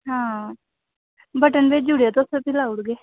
button भेजू उड़ेयो तुस उसी लाउ उड़गे